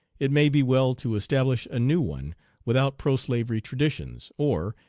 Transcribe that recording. it may be well to establish a new one without pro-slavery traditions, or,